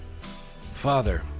Father